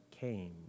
came